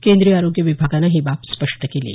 केंद्रीय आरोग्य विभागानं ही बाब स्पष्ट केली आहे